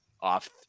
off